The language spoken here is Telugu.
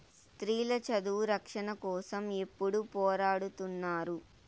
స్త్రీల చదువు రక్షణ కోసం ఎప్పుడూ పోరాడుతున్నారు